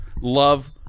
love